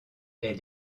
est